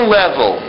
level